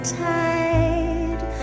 tide